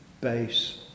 base